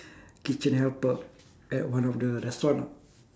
kitchen helper at one of the restaurant ah